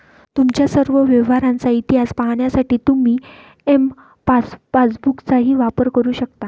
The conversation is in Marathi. तुमच्या सर्व व्यवहारांचा इतिहास पाहण्यासाठी तुम्ही एम पासबुकचाही वापर करू शकता